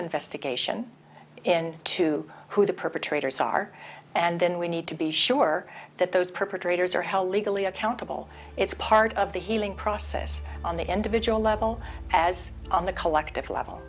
investigation and to who the perpetrators are and then we need to be sure that those perpetrators are held legally accountable it's part of the healing process on the end of it as on the collective level